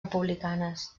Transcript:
republicanes